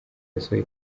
yasohoye